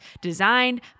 designed